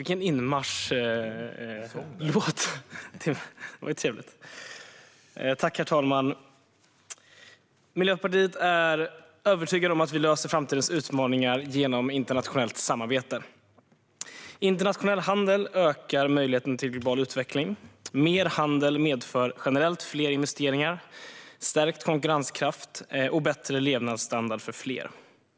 Herr talman! Vi i Miljöpartiet är övertygade om att vi löser framtidens utmaningar genom internationellt samarbete. Internationell handel ökar möjligheten till global utveckling. Mer handel medför generellt fler investeringar, stärkt konkurrenskraft och bättre levnadsstandard för fler.